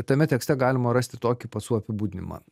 tame tekste galima rasti tokį pacų apibūdinimą